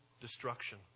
destruction